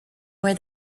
where